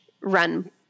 run